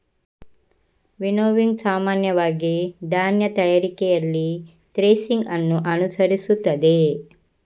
winnowing ಸಾಮಾನ್ಯವಾಗಿ ಧಾನ್ಯ ತಯಾರಿಕೆಯಲ್ಲಿ ಥ್ರೆಸಿಂಗ್ ಅನ್ನು ಅನುಸರಿಸುತ್ತದೆ